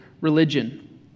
religion